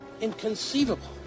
Inconceivable